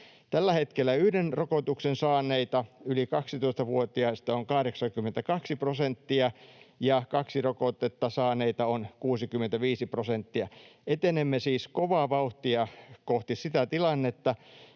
Tällä hetkellä yhden rokotuksen saaneita yli 12-vuotiaista on 82 prosenttia ja kaksi rokotetta saaneita on 65 prosenttia. Etenemme siis kovaa vauhtia kohti sitä tilannetta,